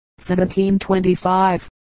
1725